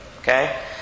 Okay